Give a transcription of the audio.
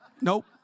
Nope